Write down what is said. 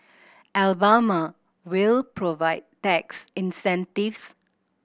Alabama will provide tax incentives